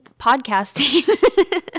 podcasting